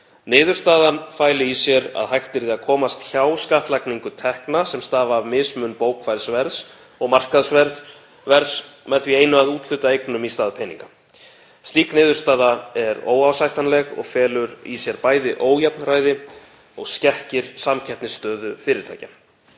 Niðurstaðan fæli í sér að hægt yrði að komast hjá skattlagningu tekna, sem stafa af mismun bókfærðs verðs og markaðsverðs, með því einu að úthluta eignum í stað peninga. Slík niðurstaða er óásættanleg og felur í sér bæði ójafnræði og skekkir samkeppnisstöðu fyrirtækja.“